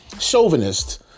chauvinist